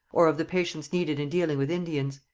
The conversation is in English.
or of the patience needed in dealing with indians.